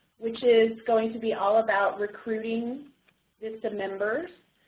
which is going to be all about recruiting vista members.